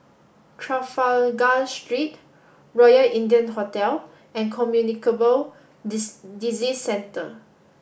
Trafalgar Street Royal India Hotel and Communicable Disease Centre